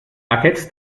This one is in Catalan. aquests